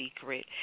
secret